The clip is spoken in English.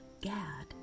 Gad